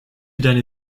deine